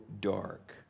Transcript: dark